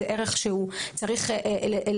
ההתנדבות היא ערך שצריך להטמיע,